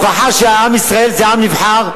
ההוכחה שעם ישראל זה עם נבחר,